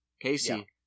Casey